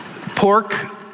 Pork